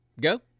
Go